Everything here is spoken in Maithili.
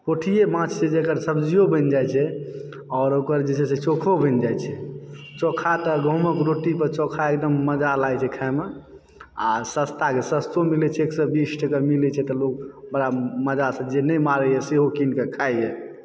पोठीए माछ छै जकर सब्जियो बनि जाइ छै आओर ओकर जे छै से चोखो बनि जाइत छै चोखा तऽ गहुमक रोटी पर चोखा एकदम मजा लागैत छै खाइमे आ सस्ताके सस्तो मिलैत छै एक सए बीस टके मिलैत छै तऽ लोग बड़ा मजासँ जे नहि मारयए सेहो किनकऽ खाइए